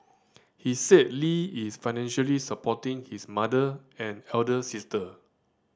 he said Lee is financially supporting his mother and elder sister